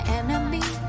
enemy